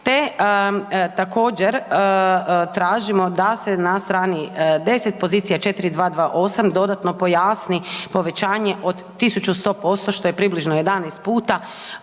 Te, također tražimo da se na strani 10, pozicija 4228 dodatno pojasni povećanje od 1100%, što je približno 11 puta